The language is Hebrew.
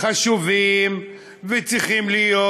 חשובות וצריכות להיות,